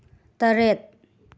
ꯇꯔꯦꯠ